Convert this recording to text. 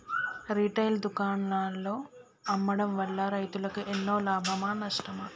Retail దుకాణాల్లో అమ్మడం వల్ల రైతులకు ఎన్నో లాభమా నష్టమా?